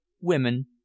women